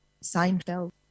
Seinfeld